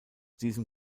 diesem